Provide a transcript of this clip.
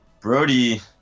Brody